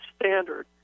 standard